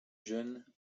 jeune